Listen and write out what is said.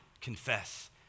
confess